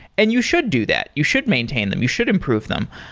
and you should do that. you should maintain them. you should improve them.